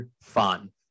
fun